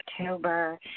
October